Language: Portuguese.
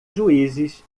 juízes